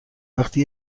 وقتی